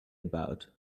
about